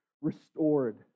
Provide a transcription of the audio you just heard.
restored